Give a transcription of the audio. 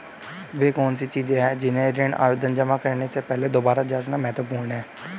वे कौन सी चीजें हैं जिन्हें ऋण आवेदन जमा करने से पहले दोबारा जांचना महत्वपूर्ण है?